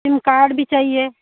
सीम card भी चाहिए